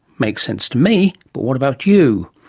makes sense to me, but what about you?